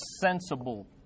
sensible